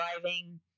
driving